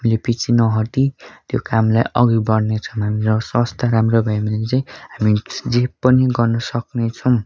हामीले पिछे नहटी त्यो कामलाई अघि बढ्ने छम् हाम्रो स्वास्थ्य राम्रो भयो भने चैँ हामी जे पनि गर्नु सक्ने छुम्